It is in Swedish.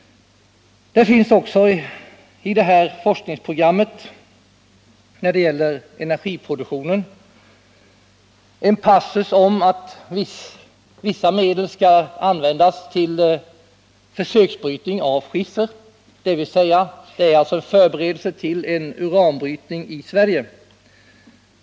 Det finns också i forskningsprogrammet när det gäller energiproduktionen en passus om att vissa medel skall användas till försöksbrytning av skiffer. Det är en förberedelse till uranbrytning i Sverige.